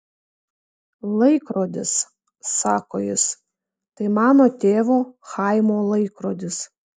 laikrodis sako jis tai mano tėvo chaimo laikrodis